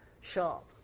shop